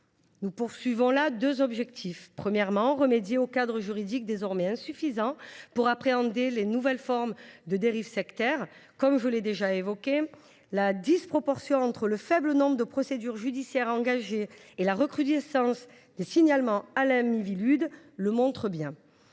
Nous visons deux objectifs. Premièrement, nous voulons renforcer un cadre juridique désormais insuffisant pour appréhender les nouvelles formes de dérives sectaires, ainsi que je l’ai déjà évoqué. La disproportion entre le faible nombre de procédures judiciaires engagées et la recrudescence des signalements à la Miviludes le prouve.